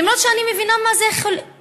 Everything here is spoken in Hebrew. למרות שאני מבינה מה זה חילוניות,